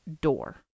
door